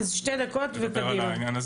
אז שתי דקות וקדימה.